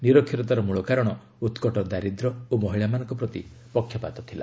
ନିରକ୍ଷରତାର ମୂଳ କାରଣ ଉତ୍କଟ ଦାରିଦ୍ର୍ୟ ଓ ମହିଳାମାନଙ୍କ ପ୍ରତି ପକ୍ଷପାତ ଥିଲା